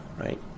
right